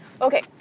Okay